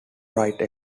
write